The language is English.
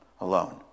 alone